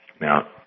Now